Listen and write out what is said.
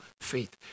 faith